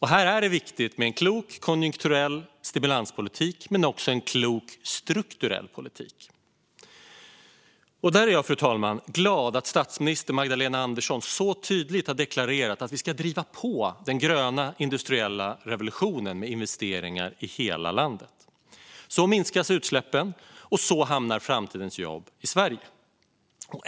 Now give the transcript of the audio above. Här är det viktigt med en klok konjunkturell stimulans men också en klok strukturell politik. Där är jag glad att statsminister Magdalena Andersson så tydligt har deklarerat att vi ska driva på den gröna industriella revolutionen med investeringar i hela landet, fru talman. Så minskas utsläppen, och så hamnar framtidens jobb i Sverige.